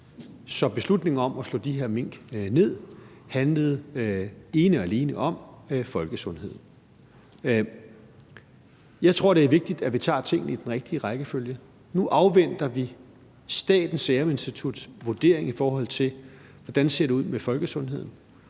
Så beslutningen om at slå de her mink ned handlede ene og alene om folkesundheden. Jeg tror, det er vigtigt, at vi tager tingene i den rigtige rækkefølge. Nu afventer vi Statens Serum Instituts vurdering af, hvordan det ser ud i forhold til folkesundheden,